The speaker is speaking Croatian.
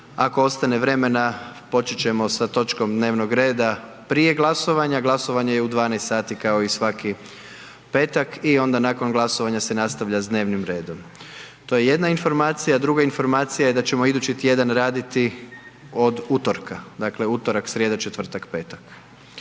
Ako ostane vremena, počet ćemo sa točkom dnevnog reda prije glasovanja a glasovanje je u 12 sati kao i svaki petak i onda nakon glasovanja se nastavlja s dnevnim redom. To je jedna informacija a druga informacija je da ćemo idući tjedan ćemo raditi od utorka, dakle utorak, srijeda, četvrtak, petak.